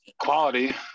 quality